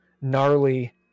gnarly